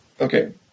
Okay